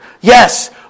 Yes